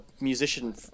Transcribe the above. musician